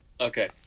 okay